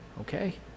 okay